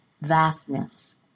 vastness